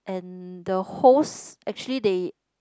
and the host actually they